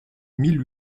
mille